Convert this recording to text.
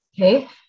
Okay